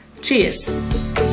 Cheers